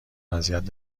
اذیت